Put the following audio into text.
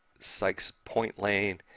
sykes point lane,